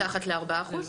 מתחת ל-4%?